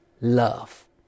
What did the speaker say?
love